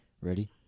Ready